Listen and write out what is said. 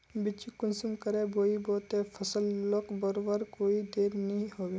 बिच्चिक कुंसम करे बोई बो ते फसल लोक बढ़वार कोई देर नी होबे?